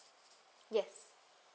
yes